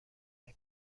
محل